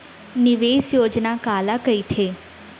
निवेश योजना काला कहिथे?